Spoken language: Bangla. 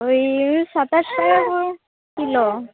ঐ সাতাশ টাকা করে কিলো